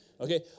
Okay